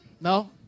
No